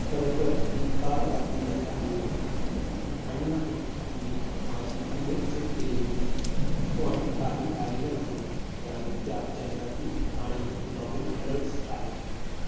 खरं तर ती काल रात्री यायला हवी होती आणि नाही मी माझी ईमेल चेक केली होती पण काही आलेलं नाही त्या नुसत्या जाहिराती आणि लॉगिन अलर्ट्स आहेत